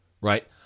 right